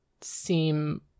seem